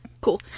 Cool